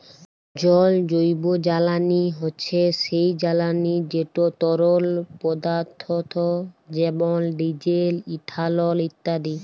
জল জৈবজ্বালানি হছে সেই জ্বালানি যেট তরল পদাথ্থ যেমল ডিজেল, ইথালল ইত্যাদি